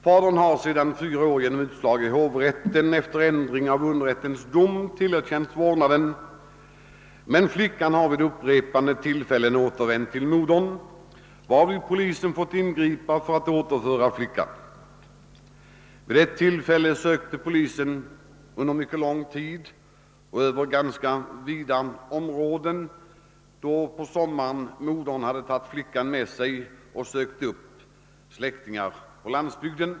Fadern har sedan fyra år genom utslag i hovrätten efter ändring av underrättens dom tillerkänts vårdnaden, men flickan har vid upprepade tillfällen återvänt till modern, varvid polisen fått ingripa för att återföra flickan. Vid ett tillfälle sökte polisen under mycket lång tid och över ganska vida områden, då på sommaren modern hade tagit flickan med sig och sökt upp släktingar på landsbygden.